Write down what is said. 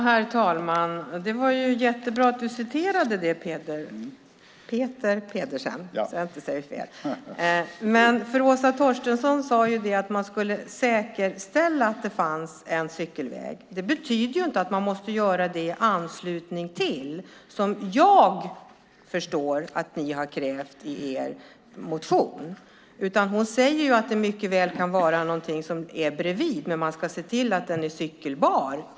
Herr talman! Det var jättebra att Peter Pedersen citerade detta. Åsa Torstensson sade att man ska säkerställa att det finns en cykelväg. Det betyder inte att man måste göra det i anslutning till vägen, som jag förstår att ni har krävt i er motion. Hon säger att det mycket väl kan vara någonting som finns bredvid. Men man ska se till att den är cykelbar.